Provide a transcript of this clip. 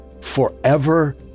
forever